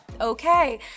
okay